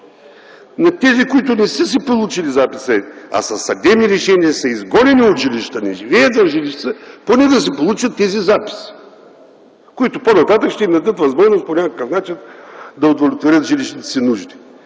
на тези, които не са си получили записа, а със съдебни решения са изгонени от жилищата, не живеят в жилищата, поне да си получат тези записи, които по-нататък ще им дадат възможност по някакъв начин да удовлетворят жилищните си нужди.